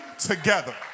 together